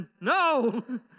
No